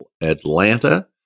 Atlanta